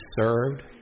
served